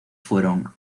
fueron